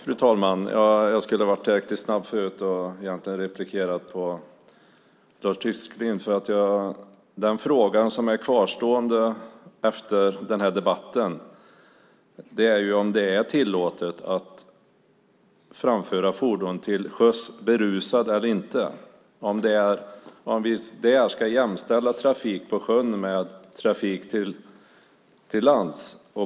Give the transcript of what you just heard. Fru talman! Jag var inte tillräckligt snabb förut. Jag skulle egentligen ha replikerat på Lars Tysklinds anförande. Den fråga som är kvarstående efter debatten är om det är tillåtet att framföra fordon till sjöss berusad eller om vi ska jämföra trafik på sjön med trafik på land.